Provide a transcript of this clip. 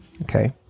Okay